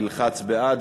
ילחץ בעד,